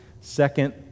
Second